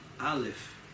Aleph